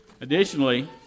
Additionally